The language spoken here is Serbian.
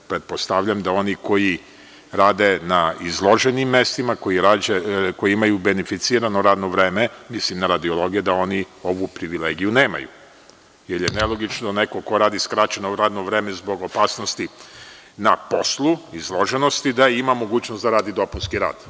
Pretpostavljam da oni koji rade na izloženim mestima, koji imaju beneficirano radno vreme, mislim na radiologe, da oni ovu privilegiju nemaju, jer je nelogično da neko ko radi skraćeno radno vreme zbog opasnosti na poslu, izloženosti, da ima mogućnost da radi dopunski rad.